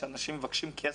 שאנשים מבקשים כסף.